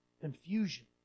confusion